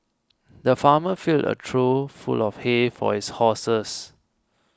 the farmer filled a trough full of hay for his horses